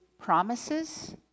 promises